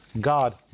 God